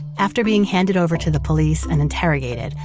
after being handed over to the police and interrogated,